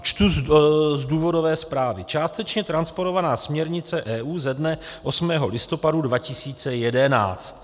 Čtu z důvodové zprávy: Částečně transponovaná směrnice EU ze dne 8. listopadu 2011.